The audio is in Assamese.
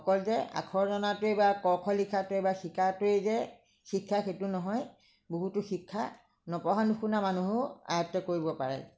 অকল যে আখৰ জনাটোৱে বা ক খ লিখাটোৱে বা শিকাটোৱেই যে শিক্ষা সেইটো নহয় বহুতো শিক্ষা নপঢ়া নুশুনা মানুহেও আয়ত্ত কৰিব পাৰে